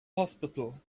hospital